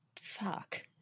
Fuck